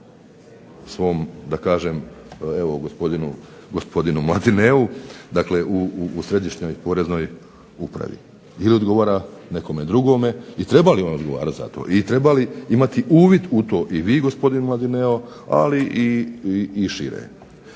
svom da kažem evo gospodinu Mladineu, dakle u središnjoj poreznoj upravi. Ili odgovara nekome drugome, i treba li on odgovarati za to, i treba li imati uvid u to i vi gospodin Mladineo, ali i šire.